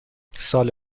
سال